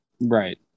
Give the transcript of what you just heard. right